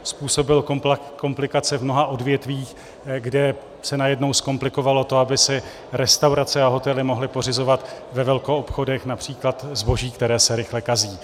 Způsobil komplikace v mnoha odvětvích, kde se najednou zkomplikovalo to, aby si restaurace a hotely mohly pořizovat ve velkoobchodech například zboží, které se rychle kazí.